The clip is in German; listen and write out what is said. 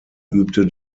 übte